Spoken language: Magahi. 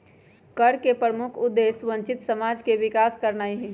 कर के प्रमुख उद्देश्य वंचित समाज के विकास करनाइ हइ